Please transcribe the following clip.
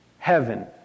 Heaven